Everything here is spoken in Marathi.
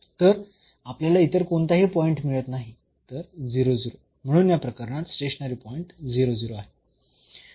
तर आपल्याला इतर कोणताही पॉईंट मिळत नाही तर म्हणून या प्रकरणात स्टेशनरी पॉईंट आहे